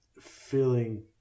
feeling